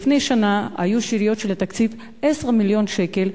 לפני שנה היו השאריות של התקציב 10 מיליון שקל,